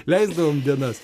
leisdavom dienas